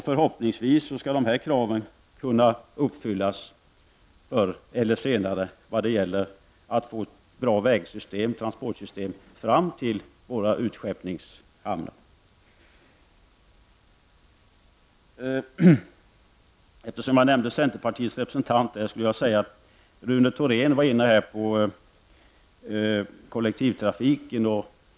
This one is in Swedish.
Förhoppningsvis skall kraven kunna uppfyllas förr eller senare när det gäller att få ett bra transportsystem fram till våra utskeppningshamnar. Jag riktade mig till centerns representant. Rune Thorén var inne på kollektivtrafiken.